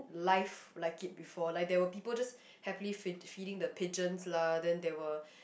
life like it before like there were people just happily feed~ feeding the pigeons lah then there were